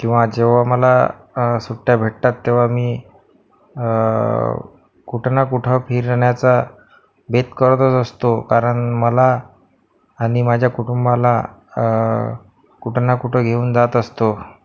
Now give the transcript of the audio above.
किंवा जेव्हा मला सुट्ट्या भेटतात तेव्हा मी कुठं ना कुठं फिरण्याचा बेत करतच असतो कारण मला आणि माझ्या कुटुंबाला कुठं ना कुठं घेऊन जात असतो